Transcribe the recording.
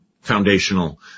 foundational